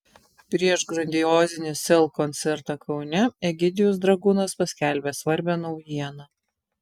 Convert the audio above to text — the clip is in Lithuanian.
prieš grandiozinį sel koncertą kaune egidijus dragūnas paskelbė svarbią naujieną